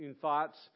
thoughts